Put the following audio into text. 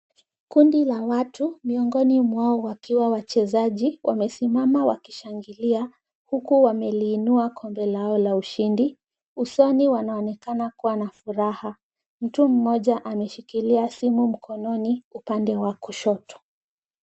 Kundi la watu miongoni mwao wakiwa wachezaji wamesimama wakishangilia huku wameliinua kombe lao la ushindi, usoni wanaonekana kuwa na furaha. Mtu mmoja ameshikilia simu mkononi upande wa kushoto.